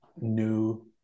new